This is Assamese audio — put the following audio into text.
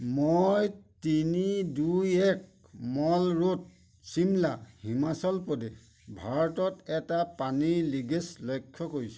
মই তিনি দুই এক মল ৰোড চিমলা হিমাচল প্ৰদেশ ভাৰতত এটা পানীৰ লিকেজ লক্ষ্য কৰিছোঁ